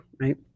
Right